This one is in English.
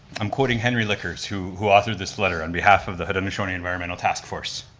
i'm quoting henry lickers, who who authored this letter, on behalf of the haudenosauneee environmental task force.